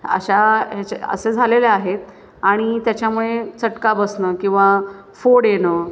अशा हेचे असे झालेले आहेत आणि त्याच्यामुळे चटका बसणं किंवा फोड येणं